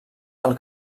del